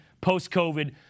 post-COVID